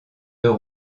deux